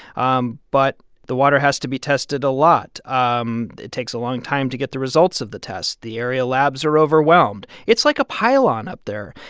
um but the water has to be tested a lot. um it takes a long time to get the results of the test. the area labs are overwhelmed. it's like a pile-on up there.